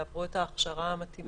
יעברו את ההכשרה המתאימה.